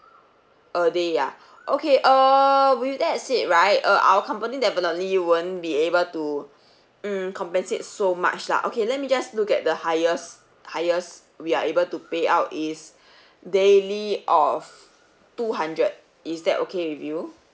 a day ah okay err with that said right uh our company definitely you won't be able to mm compensate so much lah okay let me just look at the highest highest we are able to pay out is daily of two hundred is that okay with you